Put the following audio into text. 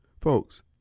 Folks